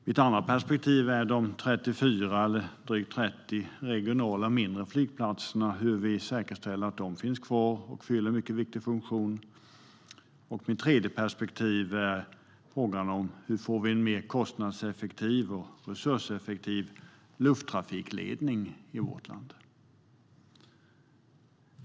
Ett annat perspektiv är de drygt 30 regionala, mindre flygplatserna och hur vi säkerställer att de finns kvar. De fyller en mycket viktig funktion. Det tredje perspektivet är frågan hur vi får en mer kostnads och resurseffektiv lufttrafikledning i vårt land.